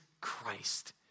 Christ